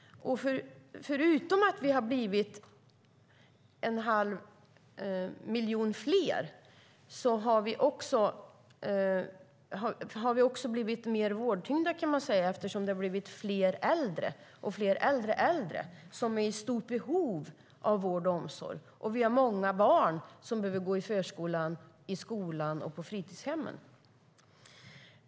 Förutom att vi har blivit en halv miljon fler har vi även blivit mer vårdtyngda, kan man säga, eftersom vi har fler äldre och fler äldreäldre, vilka är i stort behov av vård och omsorg. Vi har också många barn som behöver gå i förskola, skola och på fritidshem.